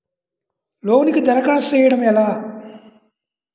లోనుకి దరఖాస్తు చేయడము ఎలా?